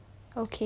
okay